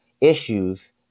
issues